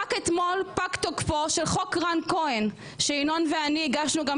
רק אתמול פג תוקפו של חוק רן כהן וינון ואני הגשנו את